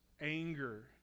anger